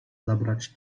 zabrać